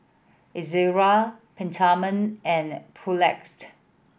Ezerra Peptamen and Papulex